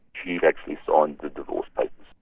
she had actually signed the divorce papers.